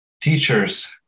teachers